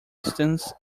stance